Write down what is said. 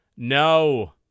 No